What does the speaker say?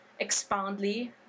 expoundly